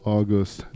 August